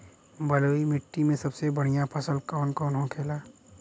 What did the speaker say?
बलुई मिट्टी में सबसे बढ़ियां फसल कौन कौन होखेला?